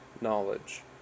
knowledge